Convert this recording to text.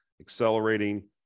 accelerating